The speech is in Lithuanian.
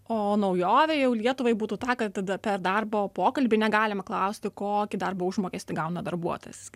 o naujovė jau lietuvai būtų ta kad tada per darbo pokalbį negalima klausti kokį darbo užmokestį gauna darbuotojas